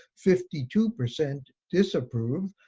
fifty two percent disapprove.